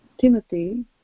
Timothy